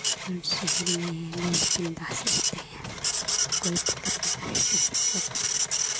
और शहर में लोग बिंदास रहते हैं कोई दिक्कत नहीं है शहर वालों को